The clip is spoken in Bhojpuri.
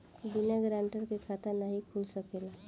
बिना गारंटर के खाता नाहीं खुल सकेला?